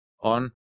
on